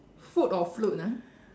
food or fruit ah